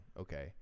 okay